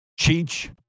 Cheech